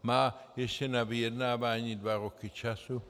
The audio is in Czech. Má ještě na vyjednávání dva roky času.